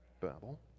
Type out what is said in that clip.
Babel